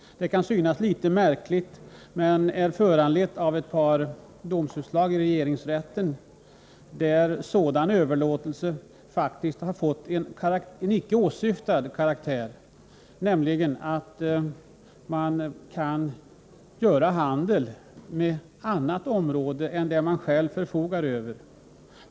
Det kan synas litet märkligt, men lagförslaget är föranlett av ett par domstolsutslag i regeringsrätten, enligt vilka sådan överlåtelse faktiskt har fått en icke åsyftad karaktär. Man har kunnat göra handel med ett annat område än det man själv förfogar över.